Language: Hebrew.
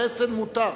הרסן מותר.